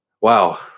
Wow